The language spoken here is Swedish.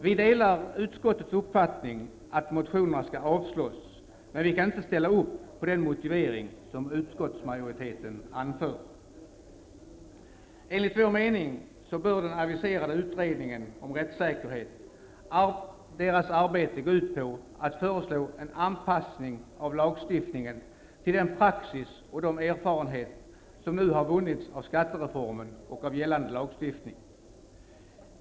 Vi delar utskottets uppfattning att motionerna skall avslås, men vi kan inte ställa upp på den motivering som utskottsmajoriteten anför. Enligt vår mening bör den aviserade utredningens arbete gå ut på att föreslå en anpassning av lagstiftningen till den praxis och de erfarenheter som nu har vunnits av skattereformen och av gällande lagstiftning.